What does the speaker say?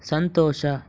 ಸಂತೋಷ